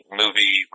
movie